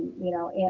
you know, and